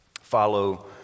Follow